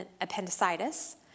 appendicitis